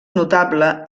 notable